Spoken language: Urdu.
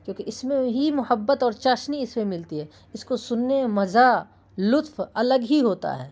کیوں کہ اس میں ہی محبت اور چاشنی اس میں ملتی ہے اس کو سننے میں مزہ لطف الگ ہی ہوتا ہے